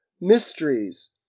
mysteries